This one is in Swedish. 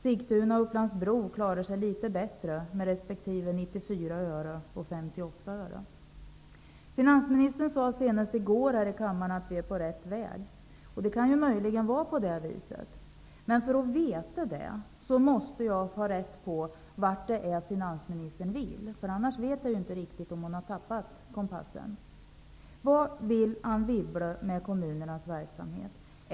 Sigtuna och Upplands Bro klarar sig litet bättre, nämligen 94 öre resp. 58 öre i förlorad utdebitering. Senast i går här i kammaren sade finansministern att vi är på rätt väg. Det kan möjligen vara på det viset, men för att veta det måste jag få reda på vad finansministern vill. Jag vill veta om hon har tappat kompassen. Vad vill Anne Wibble med kommunernas verksamhet?